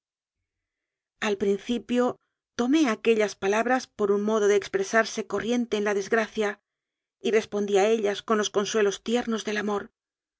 al principio tomé aquellas palabras por un modo de expresarse corriente en la desgracia y respon dí a ellas con los consuelos tiernos del amor